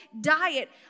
diet